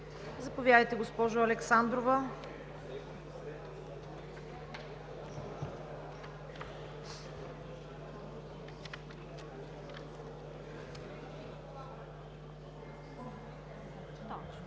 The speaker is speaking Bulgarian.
Заповядайте, госпожо Александрова.